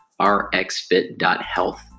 rxfit.health